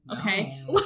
Okay